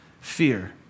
fear